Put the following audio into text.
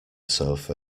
sofa